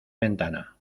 ventana